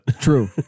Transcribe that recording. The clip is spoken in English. True